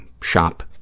shop